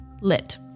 lit